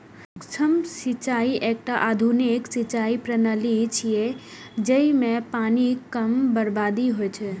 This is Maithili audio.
सूक्ष्म सिंचाइ एकटा आधुनिक सिंचाइ प्रणाली छियै, जइमे पानिक कम बर्बादी होइ छै